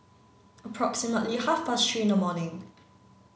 approximately half past three in the morning